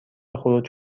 خروج